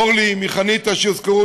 אורלי מחניתה שהוזכרה,